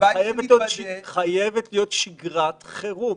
חייבת להיות שגרת חירום.